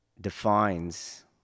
defines